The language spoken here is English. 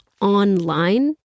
online